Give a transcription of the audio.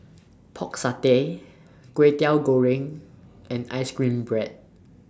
Pork Satay Kway Teow Goreng and Ice Cream Bread